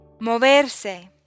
Moverse